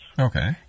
Okay